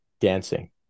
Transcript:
dancing